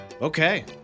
Okay